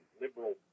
liberal